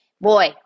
boy